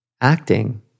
Acting